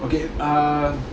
okay ah